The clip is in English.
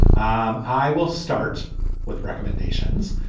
um i will start with recommendations.